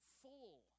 full